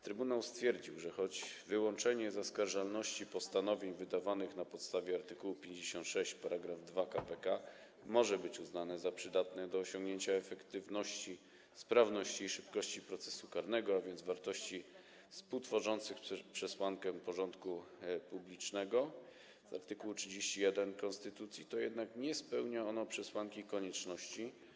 Trybunał stwierdził, że choć wyłączenie zaskarżalności postanowień wydawanych na podstawie art. 56 § 2 k.p.k. może być uznane za przydatne do osiągnięcia efektywności, sprawności i szybkości procesu karnego, a więc wartości współtworzących przesłankę porządku publicznego z art. 31 konstytucji, to jednak nie spełnia ono przesłanki konieczności.